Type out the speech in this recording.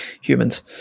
humans